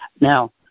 Now